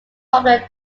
popular